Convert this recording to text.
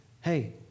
hey